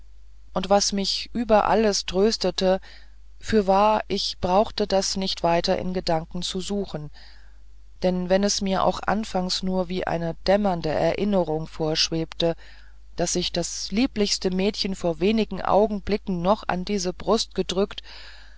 und was mich über alles tröstete fürwahr ich brauchte das nicht weit in gedanken zu suchen denn wenn es mir auch anfangs nur wie eine dämmernde erinnerung vorschwebte daß ich das geliebteste mädchen vor wenig augenblicken noch an diese brust gedrückt